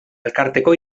elkarteko